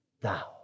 thou